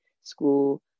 school